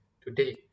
today